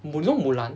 you know mulan